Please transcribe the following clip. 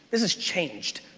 this has changed.